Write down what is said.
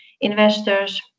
investors